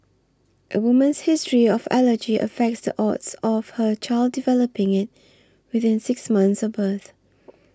a woman's history of allergy affects the odds of her child developing it within six months of birth